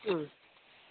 ம்